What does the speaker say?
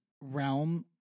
realm